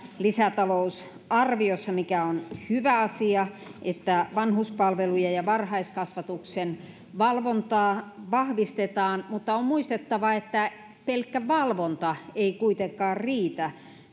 lisätalousarviossa mikä on hyvä asia se että vanhuspalveluja ja varhaiskasvatuksen valvontaa vahvistetaan mutta on muistettava että pelkkä valvonta ei kuitenkaan riitä